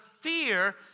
fear